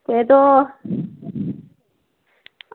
ओह् तो